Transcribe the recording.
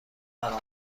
عملی